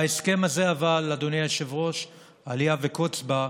ההסכם הזה, אבל, אליה וקוץ בה,